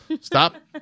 Stop